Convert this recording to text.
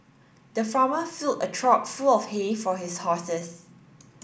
the farmer filled a trough full of hay for his horses